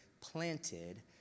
planted